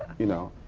you know?